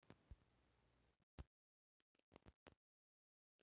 इ सब कागज बहुत कम वजन के होला